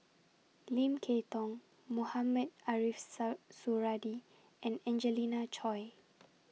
Lim Kay Tong Mohamed Ariff Suradi and Angelina Choy